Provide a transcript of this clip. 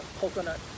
coconut